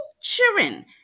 children